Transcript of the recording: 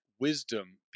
wisdom